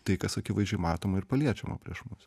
tai kas akivaizdžiai matoma ir paliečiama prieš mus